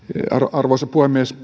arvoisa puhemies